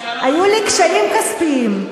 "היו לי קשיים כספיים.